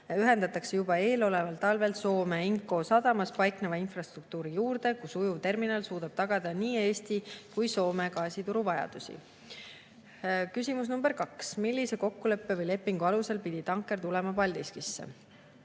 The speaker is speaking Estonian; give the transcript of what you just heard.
ühendatakse juba eeloleval talvel Soome Inkoo sadamas paikneva infrastruktuuriga, kus ujuvterminal suudab tagada nii Eesti kui ka Soome gaasituru vajadusi. Küsimus number kaks: "Millise kokkuleppe või lepingu alusel pidi tanker tulema Paldiskisse?"